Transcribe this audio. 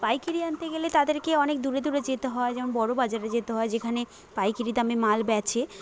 পাইকিরি আনতে গেলে তাদেরকে অনেক দূরে দূরে যেতে হয় যেমন বড়োবাজারে যেতে হয় যেখানে পাইকিরি দামে মাল বেচে